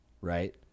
right